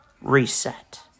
reset